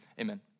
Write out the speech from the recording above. amen